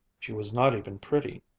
she was not even pretty,